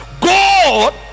God